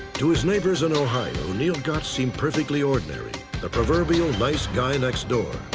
to his neighbors in ohio, neil gott seemed perfectly ordinary, the proverbial nice guy next door.